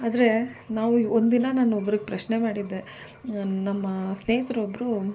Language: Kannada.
ಆದರೆ ನಾವು ಒಂದಿನ ನಾನು ಒಬ್ರಿಗೆ ಪ್ರಶ್ನೆ ಮಾಡಿದ್ದೆ ನಮ್ಮ ಸ್ನೇಹಿತರು ಒಬ್ಬರು